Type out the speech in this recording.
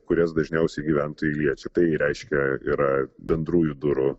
kurias dažniausiai gyventojai liečia tai reiškia yra bendrųjų durų